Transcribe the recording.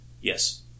Yes